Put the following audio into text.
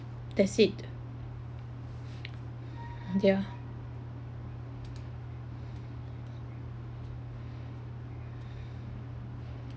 that's it